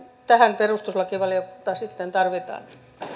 tähän perustuslakivaliokuntaa sitten tarvitaan